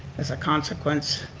as a consequence,